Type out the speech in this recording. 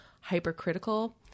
hypercritical